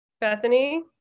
Bethany